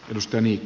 arvoisa puhemies